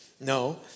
No